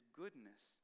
goodness